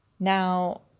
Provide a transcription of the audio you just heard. Now